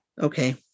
Okay